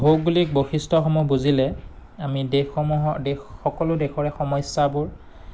ভোগোলিক বৈশিষ্ট্যসমূহ বুজিলে আমি দেশসমূহৰ দেশ সকলো দেশৰে সমস্যাবোৰ